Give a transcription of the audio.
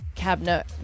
cabinet